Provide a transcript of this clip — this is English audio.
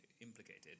implicated